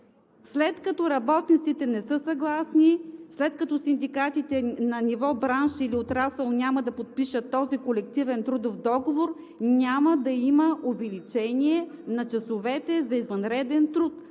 След като работниците не са съгласни, след като синдикатите на ниво бранш или отрасъл няма да подпишат този колективен трудов договор, няма да има увеличение на часовете за извънредния труд.